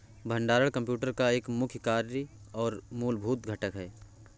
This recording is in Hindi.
भंडारण कंप्यूटर का एक मुख्य कार्य और मूलभूत घटक है